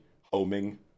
homing